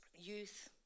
youth